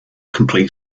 complete